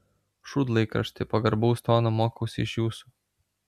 šūdlaikrašti pagarbaus tono mokausi iš jūsų